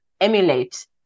emulate